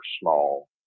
small